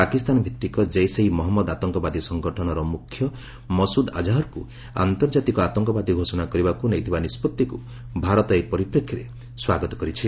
ପାକିସ୍ତାନ ଭିଭିକ ଜୈସେ ଇ ମହମ୍ମଦ ଆତଙ୍କବାଦୀ ସଂଗଠନର ମୁଖ୍ୟ ମସୁଦ ଆଜାହରକୁ ଆନ୍ତର୍ଜାତିକ ଆତଙ୍କବାଦୀ ଘୋଷଣା କରିବାକୁ ନେଇଥିବା ନିଷ୍ପଭିକୁ ଭାରତ ଏହି ପରିପ୍ରେକ୍ଷୀରେ ସ୍ୱାଗତ କରିଛି